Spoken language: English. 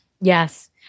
Yes